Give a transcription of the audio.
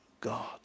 God